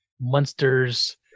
monsters